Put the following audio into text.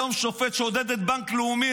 היום שופט שודד את בנק לאומי,